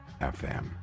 FM